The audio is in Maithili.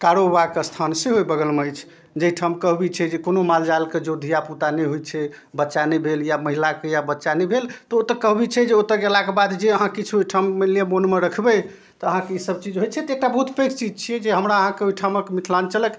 कारोबाके अस्थान सेहो ओहि बगलमे अछि जहिठाम कहबी छै जे कोनो मालजालके जँ धिआपुता नहि होइ छै बच्चा नहि भेल या महिलाके या बच्चा नहि भेल तऽ ओतऽ कहबी छै जे ओतऽ गेलाके बाद जे अहाँ किछु ओहिठाम मानि लिअऽ मोनमे रखबै तऽ अहाँके सबचीज होइ छै तऽ एतऽ बहुत पैघ चीज छिए जे हमरा अहाँके ओहिठामके मिथिलाञ्चलके